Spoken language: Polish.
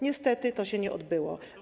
Niestety to się nie odbyło.